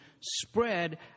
spread